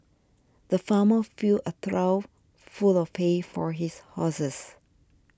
the farmer filled a trough full of pay for his houses